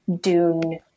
Dune